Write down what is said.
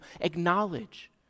acknowledge